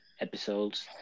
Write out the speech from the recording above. episodes